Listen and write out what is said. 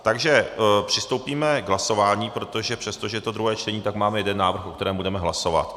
Takže přistoupíme k hlasování, protože přestože je to druhé čtení, tak máme jeden návrh, o kterém budeme hlasovat.